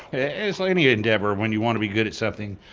yeah it's like any endeavor when you want to be good at something,